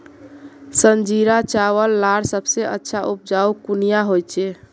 संजीरा चावल लार सबसे अच्छा उपजाऊ कुनियाँ होचए?